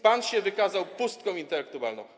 Pan się wykazał pustką intelektualną.